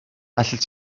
allet